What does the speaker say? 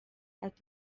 ati